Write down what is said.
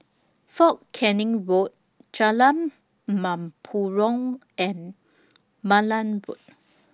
Fort Canning Road Jalan Mempurong and Malan Road